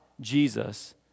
Jesus